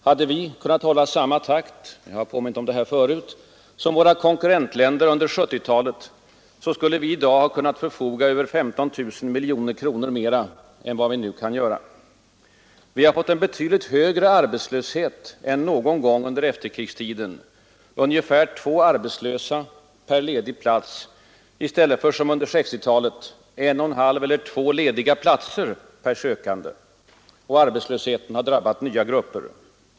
Hade vi kunnat hålla samma takt — jag har påmint om det här förut — som våra konkurrentländer under 1970-talet, skulle vi i dag ha kunnat förfoga över 15 000 miljoner kronor mera än vad vi nu kan göra. Vi har fått en betydligt högre arbetslöshet än någon gång under efterkrigstiden, ungefär två arbetslösa per ledig plats i stället för — som under 1960-talet — en och en halv eller två lediga platser per sökande. Arbetslösheten har drabbat nya grupper.